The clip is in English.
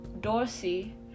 Dorsey